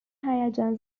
هیجان